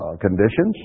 conditions